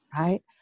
right